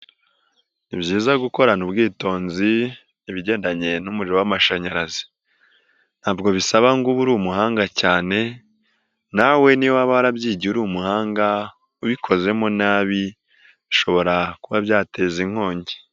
Ni byiza gukorana ubwitonzi ibigendanye n'umuriro w'amashanyarazi ntabwo bisaba ngo uba uri umuhanga cyane, nawe niba warabyigiye uri umuhanga ubikozemo nabishobora kuba byateza inkongi.